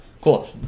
Cool